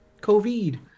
COVID